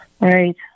Right